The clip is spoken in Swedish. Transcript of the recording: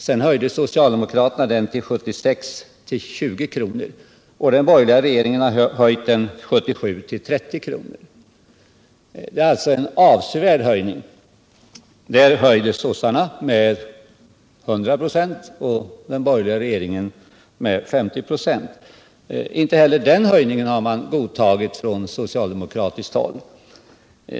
Sedan höjde socialdemokraterna den avgiften 1976 till 20 kr., och den borgerliga regeringen har under 1977 höjt den till 30 kr. Det är en avsevärd höjning. Socialdemokraterna höjde alltså med 100 96 och den borgerliga regeringen med 50 96. Men inte heller den senare höjningen har socialdemokraterna godtagit.